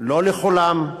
לא לכולם,